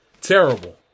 Terrible